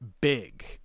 big